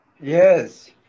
Yes